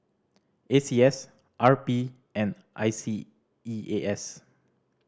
A C S R P and I S E A S